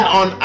on